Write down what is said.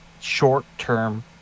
short-term